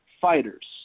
fighters